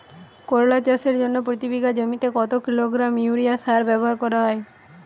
করলা চাষের জন্য প্রতি বিঘা জমিতে কত কিলোগ্রাম ইউরিয়া সার ব্যবহার করা হয়?